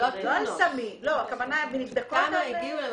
ה-600 האלה הן